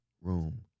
room